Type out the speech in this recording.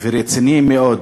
ורציניים מאוד.